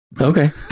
Okay